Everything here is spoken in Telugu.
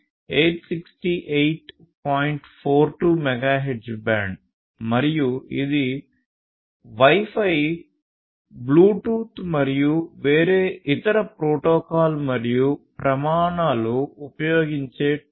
42 మెగాహెర్ట్జ్ బ్యాండ్ మరియు ఇది Wi Fi బ్లూటూత్ మరియు వేరే ఇతర ప్రోటోకాల్స్ మరియు ప్రమాణాలుఉపయోగించే 2